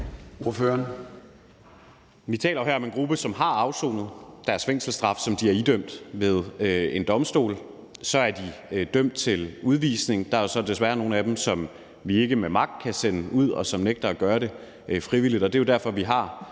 jo her om en gruppe, som har afsonet deres fængselsstraf, som de er idømt ved en domstol, og så er de dømt til udvisning. Der er jo så desværre nogle af dem, som vi ikke med magt kan sende ud, og som nægter at rejse frivilligt,